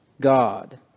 God